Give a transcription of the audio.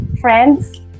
friends